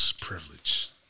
privilege